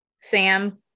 Sam